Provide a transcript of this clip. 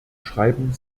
schreiben